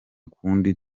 kundi